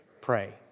Pray